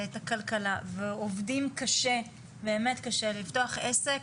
את הכלכלה ועובדים קשה כדי לפתוח עסק.